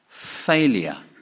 Failure